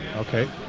ok